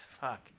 Fuck